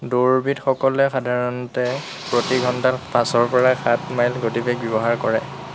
দৌৰবিদসকলে সাধাৰণতে প্ৰতি ঘণ্টাত পাঁচৰ পৰা সাত মাইলৰ গতিবেগ ব্যৱহাৰ কৰে